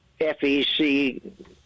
FEC